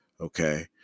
okay